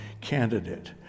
candidate